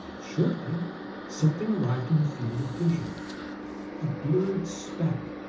shortly something arrived in the field of vision a blurred speck,